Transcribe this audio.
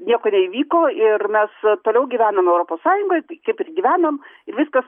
nieko neįvyko ir mes toliau gyvenam europos sąjungoj tai kaip ir gyvenom ir viskas